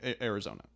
Arizona